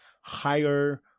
higher